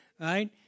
right